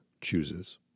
chooses